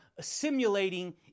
simulating